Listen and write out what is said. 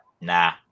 nah